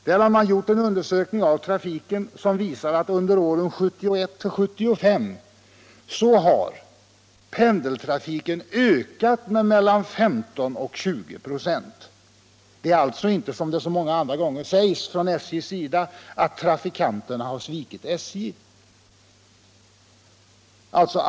Där har man gjort en undersökning av trafiken, och den visar att under åren 1971-1975 har pendeltrafiken ökat med 15-20 96. Det är alltså inte, som det så ofta sägs från SJ:s sida, så att trafikanterna har svikit SJ.